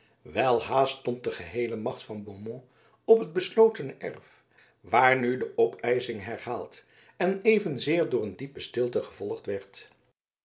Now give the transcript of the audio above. welhaast stond de geheele macht van beaumont op het beslotene erf waar nu de opeisching herhaald en evenzeer door een diepe stilte gevolgd werd